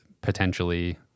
potentially